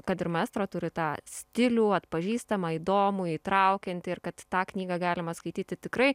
kad ir maestro turi tą stilių atpažįstamą įdomų įtraukiantį ir kad tą knygą galima skaityti tikrai